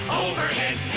overhead